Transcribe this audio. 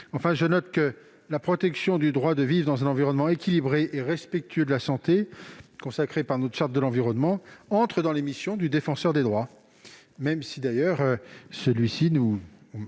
Enfin, je note que la protection du droit de vivre dans un environnement équilibré et respectueux de la santé, consacré par notre Charte de l'environnement, entre dans les missions du Défenseur des droits,